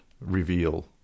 reveal